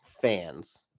fans